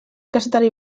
kazetari